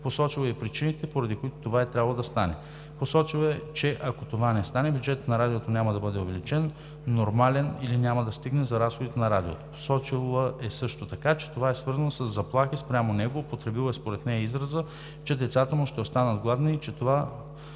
Посочил е и причините, поради които това трябва да стане – посочил е, че, ако това не стане, бюджетът на Радиото няма да бъде увеличен, нормален или няма да стигне за разходите на Радиото. Посочил е също така, че това е свързано и със заплахи спрямо него, употребил е, според нея, израза, че децата му ще останат гладни и че това